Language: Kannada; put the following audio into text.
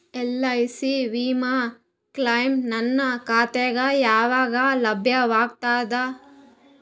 ಎಲ್.ಐ.ಸಿ ವಿಮಾ ಕ್ಲೈಮ್ ನನ್ನ ಖಾತಾಗ ಯಾವಾಗ ಲಭ್ಯವಾಗತದ?